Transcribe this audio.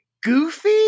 goofy